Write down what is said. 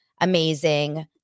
amazing